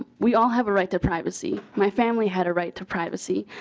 we all have a right to privacy. my family had a right to privacy.